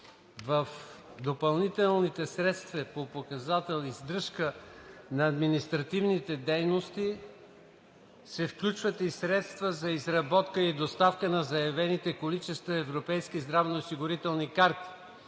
В допълнителните средства по показател „Издръжка на административните дейности“ се включват и средствата за изработка и доставка на заявени количества европейски здравноосигурителни карти.